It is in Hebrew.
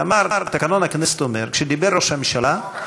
ואמר שתקנון הכנסת אומר: כשדיבר ראש הממשלה,